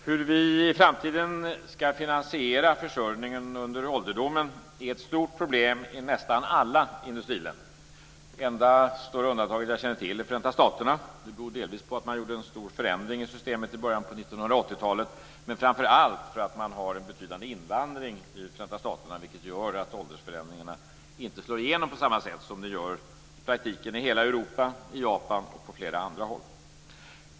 Herr talman! Hur vi i framtiden ska finansiera försörjningen under ålderdomen är ett stort problem i nästan alla industriländer. Det enda större undantaget jag känner till är Förenta staterna. Det beror delvis på att man gjorde en stor förändring i systemet i början av 1980-talet, men framför allt för att man har en betydande invandring i Förenta staterna, vilket gör att åldersförändringarna inte slår igenom på samma sätt som de gör i praktiken i hela Europa, Japan och på flera andra håll.